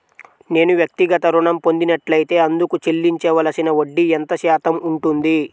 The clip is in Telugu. నేను వ్యక్తిగత ఋణం పొందినట్లైతే అందుకు చెల్లించవలసిన వడ్డీ ఎంత శాతం ఉంటుంది?